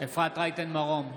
אפרת רייטן מרום,